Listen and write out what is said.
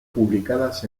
publicadas